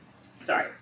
Sorry